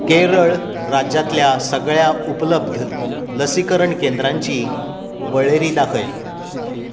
केरळ राज्यांतल्या सगळ्या उपलब्ध लसीकरण केंद्रांची वळेरी दाखय